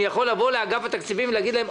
יכול לבוא לאגף התקציבים ולהגיד להם,